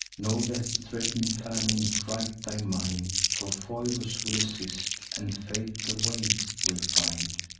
nor let the threaten'd famine fright thy mind, for phoebus will assist, and fate the way will find.